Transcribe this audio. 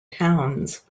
towns